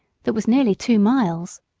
that was nearly two miles.